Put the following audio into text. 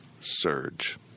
surge